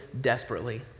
desperately